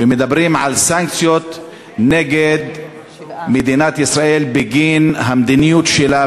ומדברים על סנקציות נגד מדינת ישראל בגין המדיניות שלה,